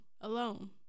alone